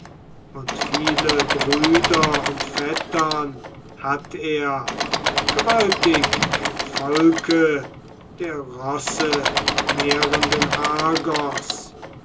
und viele brüder und vettern hat er gewaltig im volke der rossennährenden argos